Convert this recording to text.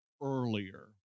earlier